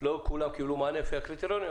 לא כולם קבלו מענה לפי הקריטריונים,